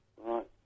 right